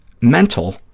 MENTAL